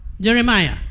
Jeremiah